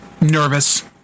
nervous